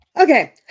Okay